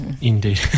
Indeed